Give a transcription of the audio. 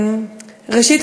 ראשית,